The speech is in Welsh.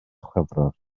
chwefror